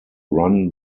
run